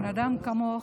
מבן אדם כמוך,